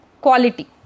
quality